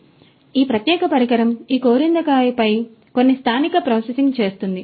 కాబట్టి ఈ ప్రత్యేక పరికరం ఈ కోరిందకాయ పై కొన్ని స్థానిక ప్రాసెసింగ్ చేస్తుంది